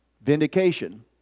vindication